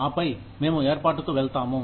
ఆపై మేము ఏర్పాటుకు వెళ్తాము